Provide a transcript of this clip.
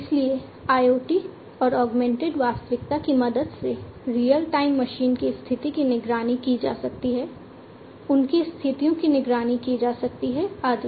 इसलिए IoT और augmented वास्तविकता की मदद से रीयल टाइम मशीन की स्थिति की निगरानी की जा सकती है उनकी स्थितियों की निगरानी की जा सकती है आदि